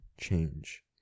change